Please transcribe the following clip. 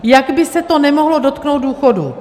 Jak by se to nemohlo dotknout důchodů?